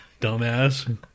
dumbass